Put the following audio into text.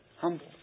humble